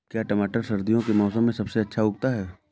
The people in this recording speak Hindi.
क्या टमाटर सर्दियों के मौसम में सबसे अच्छा उगता है?